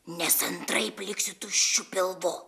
nes antraip liksiu tuščiu pilvu